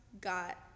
got